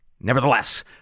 Nevertheless